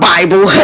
Bible